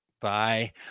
Bye